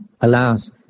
Alas